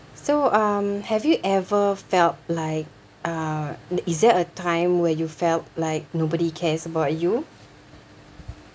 so um have you ever felt like uh is there a time where you felt like nobody cares about you